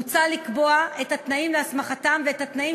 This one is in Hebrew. מוצע לקבוע את התנאים להסמכתם ואת התנאים